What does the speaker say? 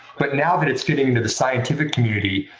but now that it's getting to the scientific community,